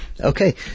Okay